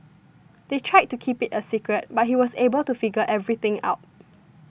they tried to keep it a secret but he was able to figure everything out